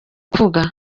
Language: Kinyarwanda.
kuvuga